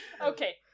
Okay